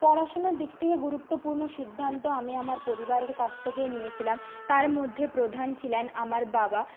পড়াশুনার দিক থেকে গুরুত্বপূর্ণ সিদ্ধান্ত আমি আমার পরিবারের কাছ থেকেই নিয়ে ছিলাম তার মধ্যে প্রধান ছিলেন আমার বাবা